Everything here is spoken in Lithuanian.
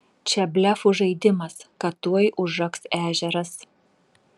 čia blefų žaidimas kad tuoj užaks ežeras